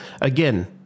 Again